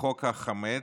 בחוק החמץ,